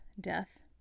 death